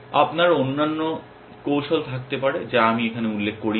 আপনার অন্যান্য কৌশল থাকতে পারে যা আমি এখানে উল্লেখ করিনি